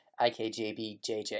IKJBJJ